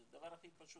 זה דבר הכי פשוט,